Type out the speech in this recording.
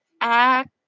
act